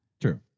True